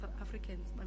Africans